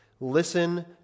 Listen